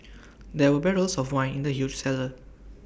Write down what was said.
there were barrels of wine in the huge cellar